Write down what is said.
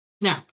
Now